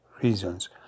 reasons